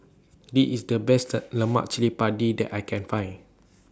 This IS The Best Lemak Cili Padi that I Can Find